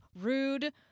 rude